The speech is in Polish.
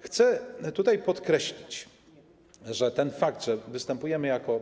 Chcę podkreślić, że ten fakt, że występujemy jako